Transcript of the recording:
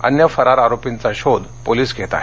अन्य फरार आरोपींचा शोध पोलीस घेत आहेत